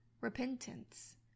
Repentance